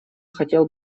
хотел